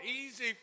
easy